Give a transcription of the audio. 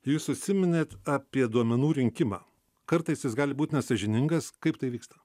jūs užsiminėt apie duomenų rinkimą kartais jis gali būt nesąžiningas kaip tai vyksta